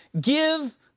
give